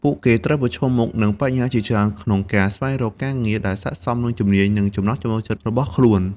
ពួកគេត្រូវប្រឈមមុខនឹងបញ្ហាជាច្រើនក្នុងការស្វែងរកការងារដែលស័ក្តិសមនឹងជំនាញ និងចំណង់ចំណូលចិត្តរបស់ខ្លួន។